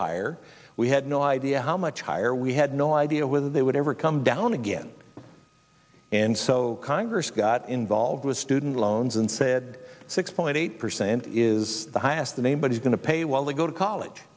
higher we had no idea how much higher we had no idea whether they would ever come down again and so congress got involved with student loans and said six point eight percent is the highest the name but he's going to pay while they go to college